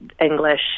English